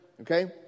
okay